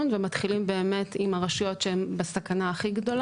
רצינו לבנות תחנה בבית ג'אן ובירכא,